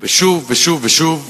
ושוב ושוב ושוב,